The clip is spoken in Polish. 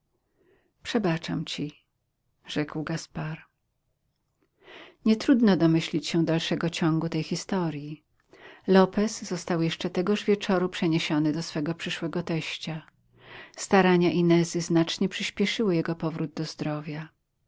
przebaczam ci rzekł gaspar nietrudno domyślić się dalszego ciągu tej historii lopez został jeszcze tegoż wieczoru przeniesiony do swego przyszłego teścia starania inezy znacznie przyśpieszyły jego powrót do zdrowia